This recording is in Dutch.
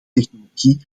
technologie